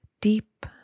Deep